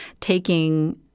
taking